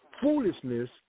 foolishness